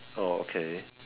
oh okay